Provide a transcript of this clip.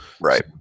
Right